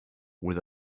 with